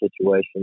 situation